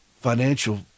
financial